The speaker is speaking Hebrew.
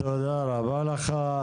טוב, תודה רבה לך.